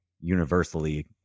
universally